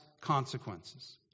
consequences